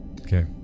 Okay